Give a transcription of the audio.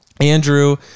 Andrew